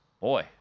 Boy